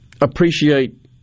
appreciate